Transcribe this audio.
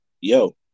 Yo